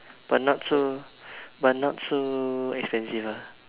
but not so but not so expensive ah